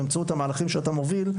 באמצעות המהלכים שאתה מוביל,